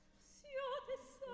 seal this